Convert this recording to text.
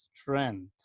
strength